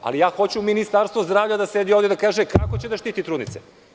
Ali, ja hoću Ministarstvo zdravlja da sedi ovde i da kažekako će da štiti trudnice.